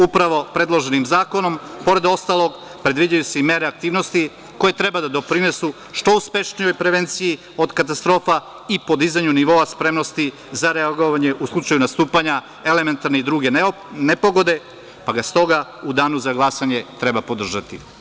Upravo predloženim zakonom, pored ostalog, predviđaju se i mere aktivnosti koje treba da doprinesu što uspešnijoj prevenciji od katastrofa i podizanju nivoa spremnosti za reagovanje u slučaju nastupanja elementarne i druge nepogode, pa ga stoga, u danu za glasanje, treba podržati.